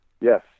Yes